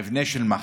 המבנה של מח"ש.